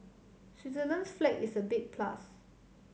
Switzerland's flag is a big plus